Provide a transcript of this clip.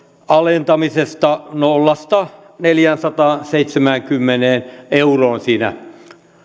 alentamisesta nolla viiva neljäsataaseitsemänkymmentä euroa siinä